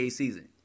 season